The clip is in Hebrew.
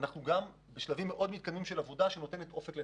אנחנו בשלבים מאוד מתקדמים של עבודה שנותנת אופק ל-2050.